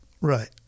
Right